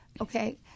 okay